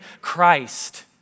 Christ